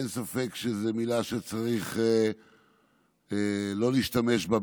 ואין ספק שזאת מילה שצריך לא להשתמש בה,